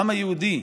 העם היהודי,